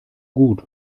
gut